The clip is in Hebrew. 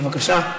בבקשה.